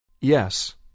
Yes